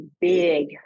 big